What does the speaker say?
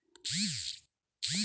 दीर्घ मुदतीसाठी पैसे गुंतवावे का?